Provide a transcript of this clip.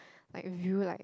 like view like